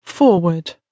Forward